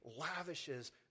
lavishes